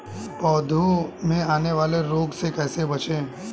पौधों में आने वाले रोग से कैसे बचें?